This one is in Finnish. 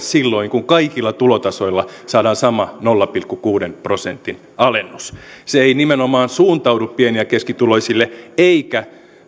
silloin kun kaikilla tulotasoilla saadaan sama nolla pilkku kuuden prosentin alennus se ei nimenomaan suuntaudu pieni ja keskituloisille eikä